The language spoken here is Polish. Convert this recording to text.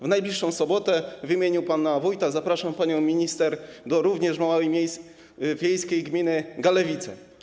W najbliższą sobotę w imieniu pana wójta zapraszam panią minister do również małej wiejskiej gminy Galewice.